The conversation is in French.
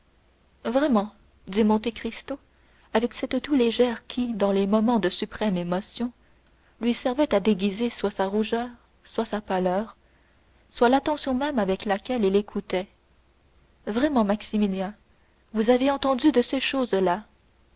vraiment dit monte cristo avec cette toux légère qui dans les moments de suprême émotion lui servait à déguiser soit sa rougeur soit sa pâleur soit l'attention même avec laquelle il écoutait vraiment maximilien vous avez entendu de ces choses-là